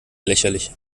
lächerlich